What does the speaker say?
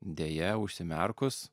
deja užsimerkus